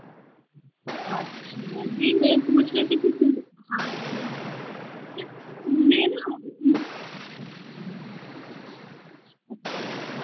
अच्छा जी मैं पूछ रही थी तो फिर हाँ कि मैं ना